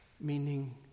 meaning